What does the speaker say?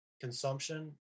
consumption